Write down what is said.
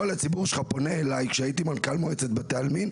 כל הציבור שלך פונה אליי כשהייתי מנכ"ל בית העלמין,